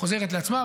חוזרת לעצמה.